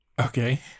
Okay